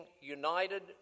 united